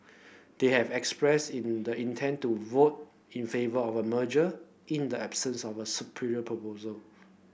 they have expressed in the intent to vote in favour of merger in the absence of a superior proposal